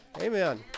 Amen